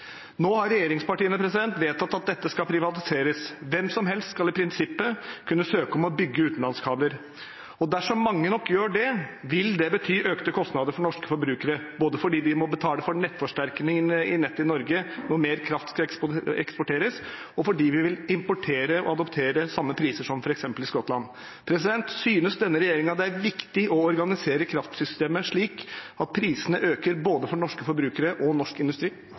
Nå har regjeringspartiene vedtatt at dette skal privatiseres. Hvem som helst skal i prinsippet kunne søke om å bygge utenlandskabler. Dersom mange nok gjør det, vil det gi økte kostnader for norske forbrukere, både fordi de må betale for nettforsterkningen for nettet i Norge når mer kraft eksporteres, og fordi vi vil importere og adoptere samme priser som f.eks. i Skottland. Synes denne regjeringen at det er riktig å organisere kraftsystemet slik at prisene øker, både for norske forbrukere og for norsk industri?